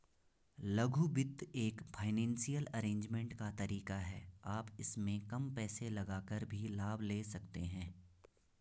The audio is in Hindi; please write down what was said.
लघु वित्त एक फाइनेंसियल अरेजमेंट का तरीका है आप इसमें कम पैसे लगाकर भी लाभ ले सकते हैं